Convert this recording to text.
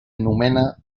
anomena